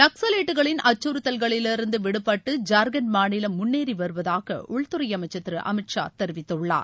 நக்சலைட்டுகளின் அச்சுறுத்தல்களிலிருந்து விடுபட்டு ஜார்கண்ட் மாநிலம் முன்னேறி வருவதாக உள்துறை அமைச்சர் திரு அமித்ஷா தெரிவித்துள்ளார்